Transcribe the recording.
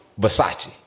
Versace